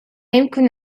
يمكن